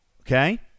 Okay